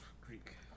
Greek